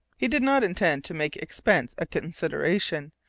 he did not intend to make expense a consideration,